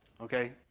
Okay